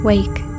Wake